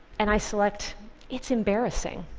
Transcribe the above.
and i select it's embarrassing.